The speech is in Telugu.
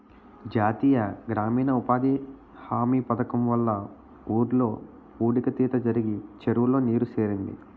జాతీయ గ్రామీణ ఉపాధి హామీ పధకము వల్ల ఊర్లో పూడిక తీత జరిగి చెరువులో నీరు సేరింది